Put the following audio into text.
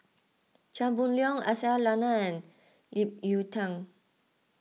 Chia Boon Leong Aisyah Lyana and Ip Yiu Tung